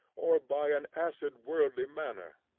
or by an acid worldly manner,